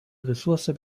ressource